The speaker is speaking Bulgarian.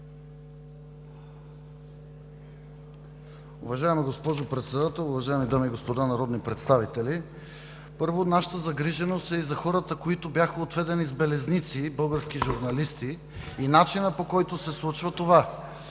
Уважаема госпожо Председател, уважаеми дами и господа народни представители! Първо, нашата загриженост е и за хората, които бяха отведени с белезници – български журналисти, и за начина, по който се случва това.